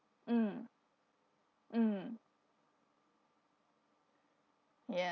mm mm ya